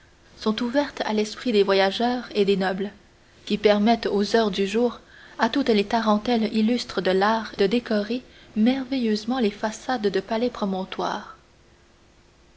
sont ouvertes à l'esprit des voyageurs et des nobles qui permettent aux heures du jour à toutes les tarentelles illustres de l'art de décorer merveilleusement les façades de palais promontoire